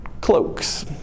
cloaks